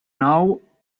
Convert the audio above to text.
nou